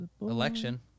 Election